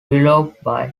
willoughby